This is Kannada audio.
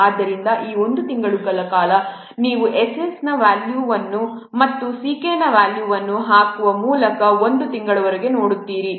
ಆದ್ದರಿಂದ 1 ತಿಂಗಳ ಕಾಲ ನೀವು S s ನ ಈ ವ್ಯಾಲ್ಯೂವನ್ನು ಮತ್ತು Ck ನ ಈ ವ್ಯಾಲ್ಯೂವನ್ನು ಹಾಕುವ ಮೂಲಕ 1 ತಿಂಗಳವರೆಗೆ ನೋಡುತ್ತೀರಿ